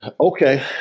Okay